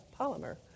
polymer